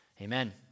Amen